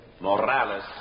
Morales